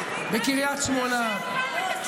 בואו נדבר על החלוצים שמיישבים את הגבולות בקריית שמונה,